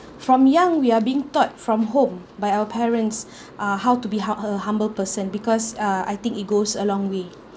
from young we are being taught from home by our parents uh how to be hu~ a humble person because uh I think it goes a long way